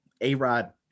A-Rod